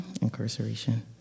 Incarceration